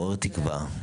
מעורר תקווה,